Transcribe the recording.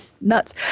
nuts